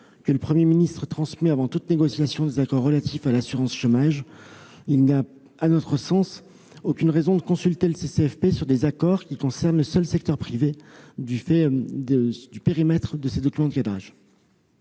que le Premier ministre transmet avant toute négociation des accords relatifs à l'assurance chômage. À notre sens, il n'y a aucune raison de consulter le CCFP sur des accords qui concernent le seul secteur privé du fait du périmètre du document de cadrage.